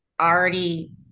already